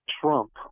Trump